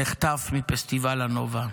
נחטף מפסטיבל הנובה,